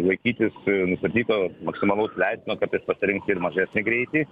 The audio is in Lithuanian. laikytis nustatyto maksimalaus leistino kartais pasirinkti ir mažesnį greitį